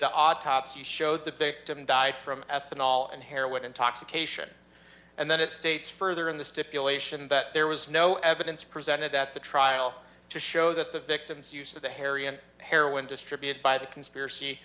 the autopsy showed the victim died from ethanol and hair with intoxication and then it states further in the stipulation that there was no evidence presented at the trial to show that the victim's use of the herion heroin distributed by the conspiracy